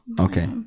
Okay